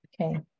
Okay